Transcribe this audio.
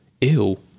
ew